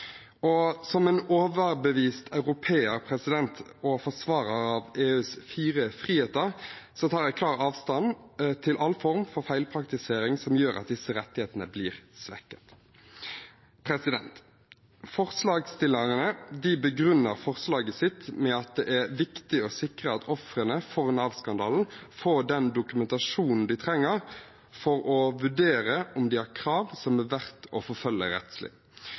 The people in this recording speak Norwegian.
Som en overbevist europeer og forsvarer av EUs fire friheter tar jeg klart avstand fra all form for feilpraktisering som gjør at disse rettighetene blir svekket. Forslagsstillerne begrunner forslaget sitt med at det er viktig å sikre at ofrene for Nav-skandalen får den dokumentasjonen de trenger for å vurdere om de har krav som er verdt å forfølge rettslig.